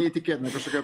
neįtikėtina kažkokia